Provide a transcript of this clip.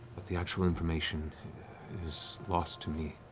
but the actual information is lost to me.